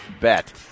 bet